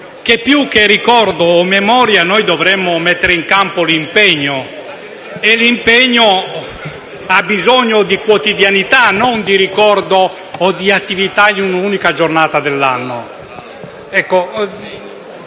più che il ricordo o la memoria noi dovremmo mettere in campo l'impegno e l'impegno ha bisogno di quotidianità, non di ricordo o di attività in un'unica giornata dell'anno.